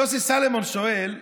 יוסי סלומון שואל: